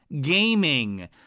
gaming